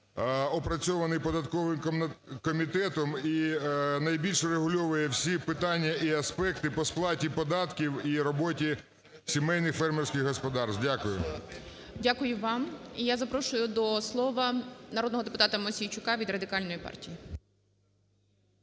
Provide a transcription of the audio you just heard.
опрацьований податковим комітетом і найбільше врегульовує всі питання і аспекти по сплаті податків і роботі сімейних фермерських господарств. Дякую. ГОЛОВУЮЧИЙ. Дякую вам. І я запрошую до слова народного депутата Мосійчука від Радикальної партії.